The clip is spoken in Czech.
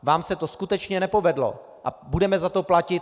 Vám se to skutečně nepovedlo a budeme za to platit.